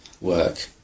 work